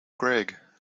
greg